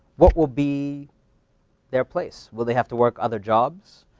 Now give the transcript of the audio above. what will be their place? will they have to work other jobs,